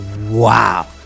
wow